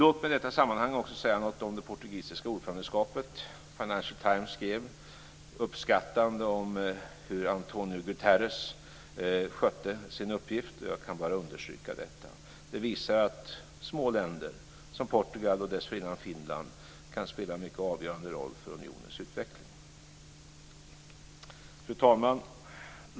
Låt mig i detta sammanhang också säga något om det portugisiska ordförandeskapet. Financial Times skrev uppskattande om hur Antonio Guterres skötte sin uppgift, och jag kan bara understryka detta. Det visar att små länder som Portugal och dessförinnan Finland kan spela en mycket avgörande roll för unionens utveckling. Fru talman!